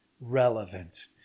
relevant